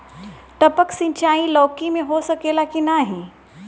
टपक सिंचाई लौकी में हो सकेला की नाही?